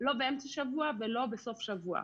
לא באמצע השבוע ולא בסוף שבוע.